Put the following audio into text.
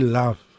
love